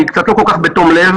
היא קצת לא כל כך בתום לב,